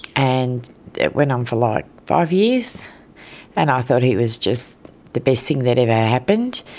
and it went on for like five years and i thought he was just the best thing that ever happened,